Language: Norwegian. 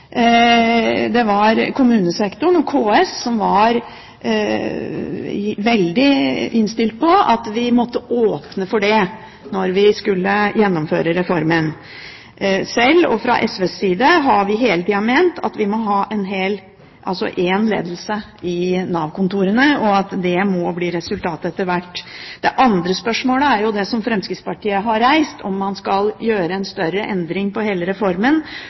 det var kommunesektoren og KS som var veldig innstilt på at vi måtte åpne for det da vi skulle gjennomføre reformen. Fra min og SVs side har vi hele tida ment at vi må ha én ledelse i Nav-kontorene, og at det må bli resultatet etter hvert. Det andre spørsmålet som Fremskrittspartiet har reist, om man skal gjøre en større endring av hele reformen